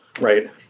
right